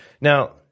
Now